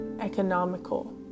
economical